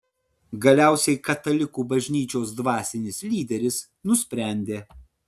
galiausiai katalikų bažnyčios dvasinis lyderis nusprendė